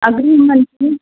agreement